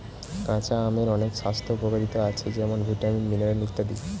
কাঁচা আমের অনেক স্বাস্থ্য উপকারিতা আছে যেমন ভিটামিন, মিনারেল ইত্যাদি